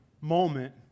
moment